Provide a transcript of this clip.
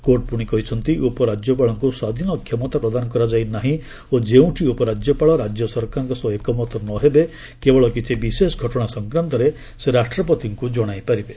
court ପୁଣି କହିଛନ୍ତି ଉପରାଜ୍ୟପାଳଙ୍କୁ ସ୍ୱାଧୀନ କ୍ଷମତା ପ୍ରଦାନ କରାଯାଇ ନାହିଁ ଓ ଯେଉଁଠି ଉପରାଜ୍ୟପାଳ ରାଜ୍ୟ ସରକାରଙ୍କ ସହ ଏକମତ ନ ହେବେ କେବଳ କିଛି ବିଶେଷ ଘଟଣା ସଂକ୍ରାନ୍ତରେ ସେ ରାଷ୍ଟ୍ରପତିଙ୍କୁ ଜଣାଇ ପାରିବେ